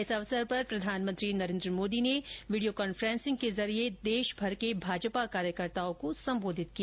इस अवसर पर प्रधानमंत्री नरेन्द्र मोदी ने वीडियो कॉन्फ्रेंसिंग के जरिये देशभर के भाजपा कार्यकर्ताओं को संबोधित किया